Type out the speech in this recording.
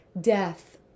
death